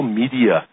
media